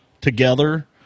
together